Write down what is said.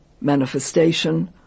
manifestation